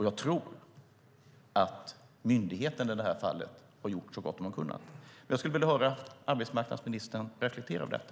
Jag tror att myndigheten i det här fallet har gjort så gott som den har kunnat. Jag skulle vilja höra arbetsmarknadsministern reflektera över detta.